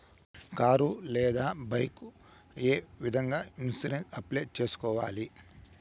car లేదా bike ఏ విధంగా ఇన్సూరెన్సు అప్లై సేసుకోవాలి